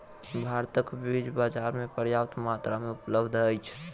भारतक बीज बाजार में पर्याप्त मात्रा में उपलब्ध अछि